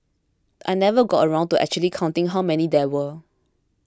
I never got around to actually counting how many there were